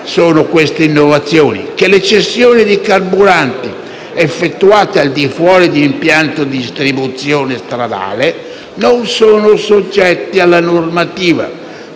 sono queste innovazioni? Si stabilisce che le cessioni di carburante effettuate al di fuori di impianti di distribuzione stradale non sono soggette alla normativa,